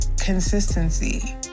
Consistency